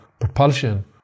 propulsion